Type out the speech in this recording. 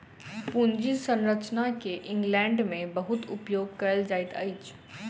पूंजी संरचना के इंग्लैंड में बहुत उपयोग कएल जाइत अछि